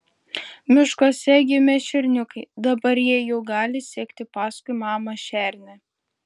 miškuose gimė šerniukai dabar jie jau gali sekti paskui mamą šernę